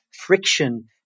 friction